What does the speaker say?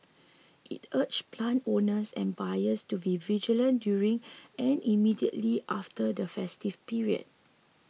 it urged plant owners and buyers to be vigilant during and immediately after the festive period